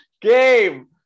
game